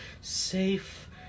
safe